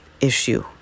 issue